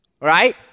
Right